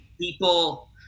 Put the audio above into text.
people